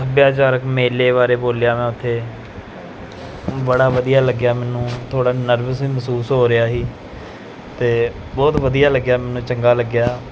ਸੱਭਿਆਚਾਰਕ ਮੇਲੇ ਬਾਰੇ ਬੋਲਿਆ ਮੈਂ ਉੱਥੇ ਬੜਾ ਵਧੀਆ ਲੱਗਿਆ ਮੈਨੂੰ ਥੋੜ੍ਹਾ ਨਰਵਸ ਵੀ ਮਹਿਸੂਸ ਹੋ ਰਿਹਾ ਸੀ ਅਤੇ ਬਹੁਤ ਵਧੀਆ ਲੱਗਿਆ ਮੈਨੂੰ ਚੰਗਾ ਲੱਗਿਆ